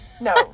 No